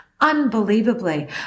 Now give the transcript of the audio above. unbelievably